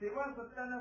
સૈન્ય